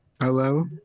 Hello